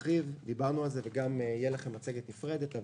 דיברנו על זה וגם תהיה לכם מצגת נפרדת.